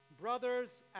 brothers